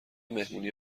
مهمونی